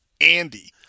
Andy